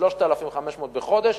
3,500 בחודש,